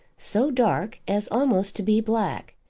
so dark as almost to be black,